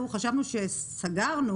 חשבנו שסגרנו